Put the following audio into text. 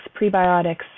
prebiotics